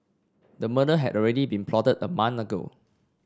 the murder had already been plotted a month ago